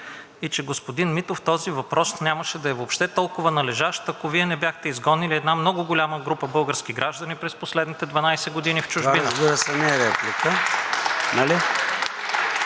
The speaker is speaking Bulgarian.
и че, господин Митов, този въпрос нямаше да е въобще толкова належащ, ако Вие не бяхте изгонили една много голяма група български граждани през последните 12 години в чужбина.